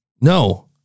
No